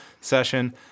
session